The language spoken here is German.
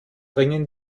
ringen